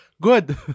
Good